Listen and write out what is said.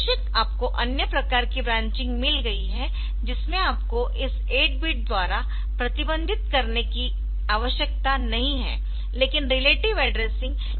बेशक आपको अन्य प्रकार की ब्रॉन्चिंग मिल गई है जिसमें आपको इस 8 बिट द्वारा प्रतिबंधित करने की आवश्यकता नहीं है लेकिन रिलेटिव एड्रेसिंग यह 8 बिट है